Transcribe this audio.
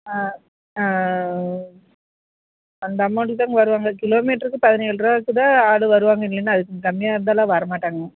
ஆ அந்த அமௌண்ட்டுக்கு தாங்க வருவாங்க கிலோமீட்டருக்கு பதினேழுரூவாய்க்கு கூட ஆள் வருவாங்க இல்லனா அதுக்கும் கம்மியாக இருந்தால்லாம் வரமாட்டாங்க